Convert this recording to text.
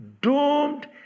doomed